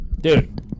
Dude